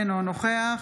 אינו נוכח